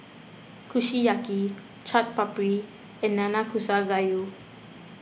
Kushiyaki Chaat Papri and Nanakusa Gayu